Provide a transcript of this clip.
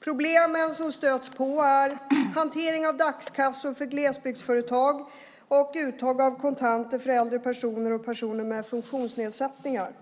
Problemen som stöts på är hantering av dagskassor för glesbygdsföretag och uttag av kontanter för äldre personer och personer med funktionsnedsättningar.